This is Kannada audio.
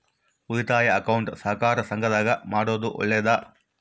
ಉಳಿತಾಯ ಅಕೌಂಟ್ ಸಹಕಾರ ಸಂಘದಾಗ ಮಾಡೋದು ಒಳ್ಳೇದಾ?